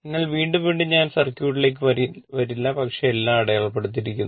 അതിനാൽ വീണ്ടും വീണ്ടും ഞാൻ സർക്യൂട്ടിലേക്ക് വരില്ല പക്ഷേ എല്ലാം അടയാളപ്പെടുത്തിയിരിക്കുന്നു